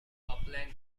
upland